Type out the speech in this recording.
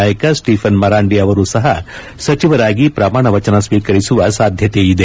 ನಾಯಕ ಸ್ವೀಥನ್ ಮರಾಂದಿ ಅವರು ಸಹ ಸಚಿವರಾಗಿ ಪ್ರಮಾಣ ವಚನ ಸ್ವೀಕರಿಸುವ ಸಾಧ್ಯತೆಯಿದೆ